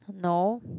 no